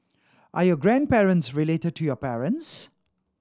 are your grandparents related to your parents